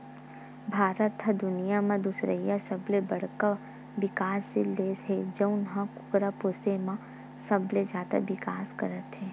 भारत ह दुनिया म दुसरइया सबले बड़का बिकाससील देस हे जउन ह कुकरा पोसे म सबले जादा बिकास करत हे